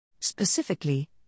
Specifically